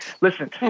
listen